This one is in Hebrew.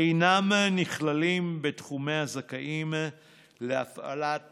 אינם נכללים בתחומי הזכאים להפעלת